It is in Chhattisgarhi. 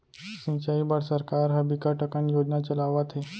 सिंचई बर सरकार ह बिकट अकन योजना चलावत हे